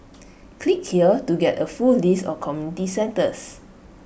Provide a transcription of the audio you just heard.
click here to get A full list of community centres